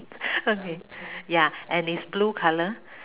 okay ya and it is blue color